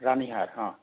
ରାଣୀ ହାର ହଁ